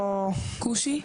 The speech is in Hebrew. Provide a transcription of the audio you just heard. כמו- כושי?